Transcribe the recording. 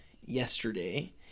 yesterday